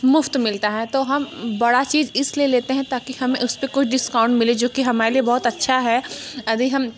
मुफ़्त मिलता हैं तो हम बड़ा चीज़ इसलिए लेते हैं ताकि हमें उस पर कोई डिस्काउंट मिले जो कि हमारे लिए बहुत अच्छा है यदि हम